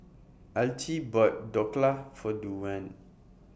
Al Tee bought Dhokla For Duane